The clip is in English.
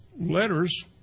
letters